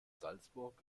salzburg